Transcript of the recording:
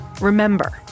Remember